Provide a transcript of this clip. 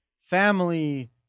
family